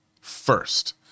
first